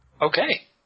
Okay